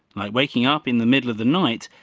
like waking up in the middle of the night,